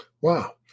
Wow